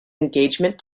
engagement